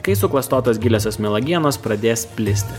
kai suklastotos giliosios melagienos pradės plisti